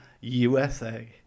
USA